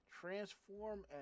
transform